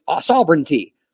sovereignty